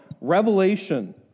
Revelation